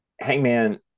Hangman